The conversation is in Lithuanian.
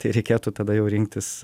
tai reikėtų tada jau rinktis